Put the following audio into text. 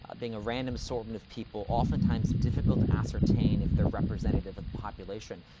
ah being a random assortment of people, oftentimes difficult to ascertain if they're representative of the population,